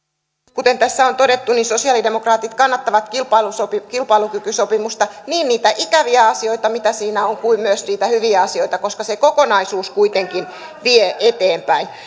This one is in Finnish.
kuten tässä on todettu sosialidemokraatit kannattavat kilpailukykysopimusta niin niitä ikäviä asioita mitä siinä on kuin myös niitä hyviä asioita koska se kokonaisuus kuitenkin vie eteenpäin